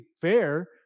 fair